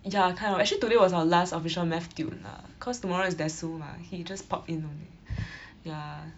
ya kind of actually today was our last official math tut lah cause tomorrow is desu mah he just pop in only ya